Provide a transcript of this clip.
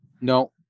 no